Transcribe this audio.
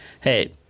hey